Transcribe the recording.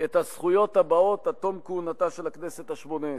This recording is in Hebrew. את הזכויות הבאות עד תום כהונתה של הכנסת השמונה-עשרה: